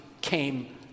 came